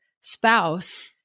spouse